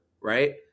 right